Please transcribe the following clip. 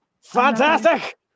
Fantastic